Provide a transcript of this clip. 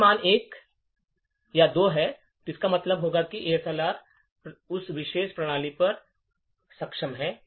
यदि मान 1 या 2 है तो इसका मतलब यह होगा कि ASLR उस विशेष प्रणाली पर सक्षम है